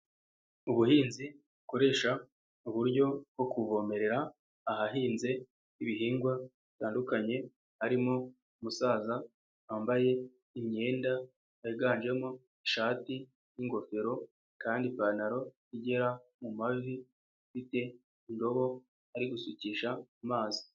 Ubuhinzi bukoresha uburyo bwo kuvomerera ahahinze ibihingwa bitandukanye harimo umusaza wambaye imyenda yiganjemo ishati n'ingofero, kandi ipantaro igera mu mavi ufite indobo ari gusukisha amazi.